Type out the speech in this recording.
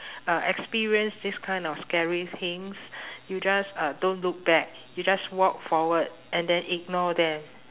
uh experience this kind of scary things you just uh don't look back you just walk forward and then ignore them